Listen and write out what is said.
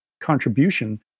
contribution